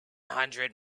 hundred